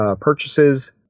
purchases